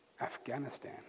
Afghanistan